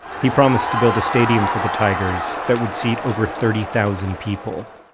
he promised to build a stadium for the tigers that would seat over thirty thousand people.